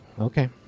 Okay